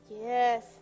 yes